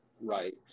right